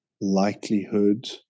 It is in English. likelihood